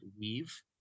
Weave